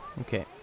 Okay